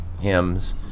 hymns